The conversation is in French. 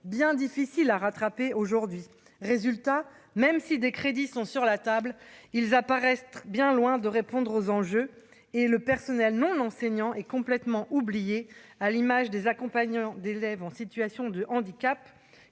bien difficile à rattraper aujourd'hui, résultat, même si des crédits sont sur la table, ils apparaissent bien loin de répondre aux enjeux et le personnel non enseignant est complètement oublié, à l'image des accompagnants d'élèves en situation de handicap